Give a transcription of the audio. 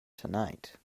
tonight